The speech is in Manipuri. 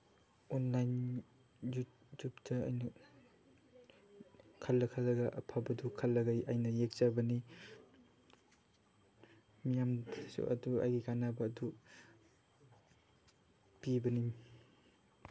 ꯑꯣꯟꯂꯥꯏꯟ ꯌꯨꯇꯨꯞꯇ ꯑꯩꯅ ꯈꯜꯂ ꯈꯜꯂꯒ ꯑꯐꯕꯗꯨ ꯈꯜꯂꯒ ꯑꯩꯅ ꯌꯦꯛꯆꯕꯅꯤ ꯃꯤꯌꯥꯝꯗꯁꯨ ꯑꯗꯨ ꯑꯩꯒꯤ ꯀꯥꯟꯅꯕꯗꯨ ꯄꯤꯕꯅꯤ